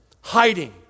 Hiding